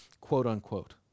quote-unquote